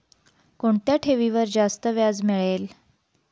कोणत्या ठेवीवर जास्त व्याज मिळेल?